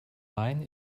main